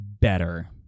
better